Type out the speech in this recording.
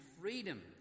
freedom